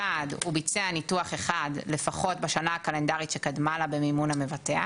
(1)הוא ביצע ניתוח אחד לפחות בשנה הקלנדרית שקדמה לה במימון המבטח,